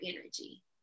energy